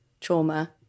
trauma